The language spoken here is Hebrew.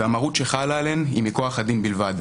והמהות שחלה עליהן היא מכוח הדין בלבד.